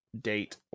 date